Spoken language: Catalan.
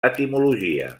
etimologia